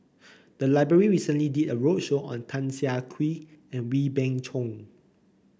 the library recently did a roadshow on Tan Siah Kwee and Wee Beng Chong